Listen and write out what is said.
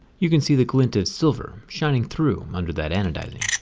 you can see the glint of silver shining through under that anodizing.